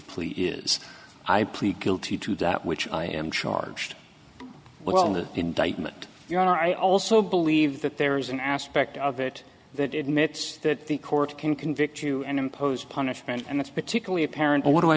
plea is i plead guilty to that which i am charged with all the indictment here i also believe that there is an aspect of it that it myths that the court can convict you and impose punishment and it's particularly apparent what do i